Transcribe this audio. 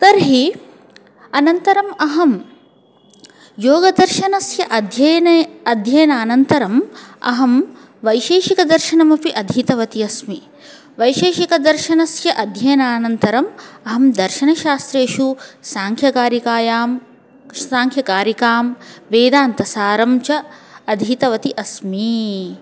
तर्हि अनन्तरम् अहं योगदर्शनस्य अध्ययने अध्ययनानन्तरम् अहं वैशेषिकदर्शनमपि अधीतवती अस्मि वैशेषिकदर्शनस्य अध्ययनानन्तरम् अहं दर्शनशास्त्रेषु साङ्ख्यकारिकायां साङ्ख्यकारिकां वेदान्तसारं च अधीतवती अस्मि